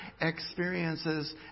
experiences